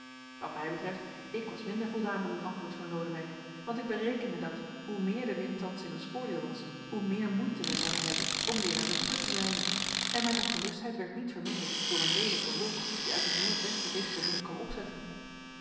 wat mij betreft ik was minder voldaan met het antwoord van lodewijk want ik berekende dat hoe meer de wind thans in ons voordeel was hoe meer moeite wij zouden hebben om weer naar de hoeve te zeilen en mijn ongerustheid werd niet verminderd door een leelijke wolk die uit het noordwesten tegen den wind kwam opzetten